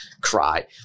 cry